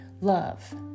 Love